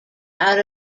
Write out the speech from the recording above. out